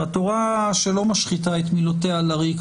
והתורה שלא משחיטה את מילותיה לריק,